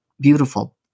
beautiful